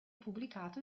pubblicato